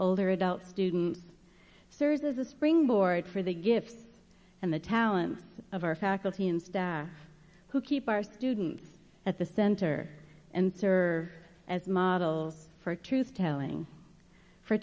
older adult students serves as a springboard for the gifts and the talents of our faculty and staff who keep our students at the center and serve as model for truth telling for